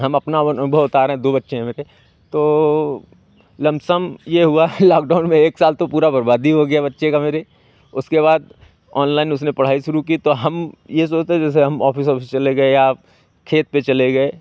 नहीं हम अपना वो अनुभव बता रहे हैं दो बच्चे हैं मेरे तो लमसम ये हुआ लॉकडाउन में एक साल तो पूरा बर्बाद ही हो गया बच्चे का मेरे उसके बाद ऑनलाइन उसने पढ़ाई शुरू की तो हम ये सोचते जैसे हम ऑफिस वाफिस चले गए या खेत पे चले गए